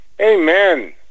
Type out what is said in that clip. Amen